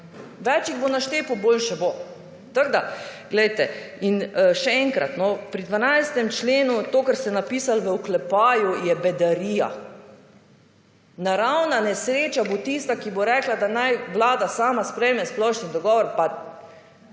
Več jih bo naštepal, boljše bo. Tako da, poglejte, in še enkrat, pri 12. členu, to kar ste napisali v oklepaju, je bedarija. Naravna nesreča bo tista, ki bo rekla, da naj Vlada sama sprejme splošni dogovor. Pa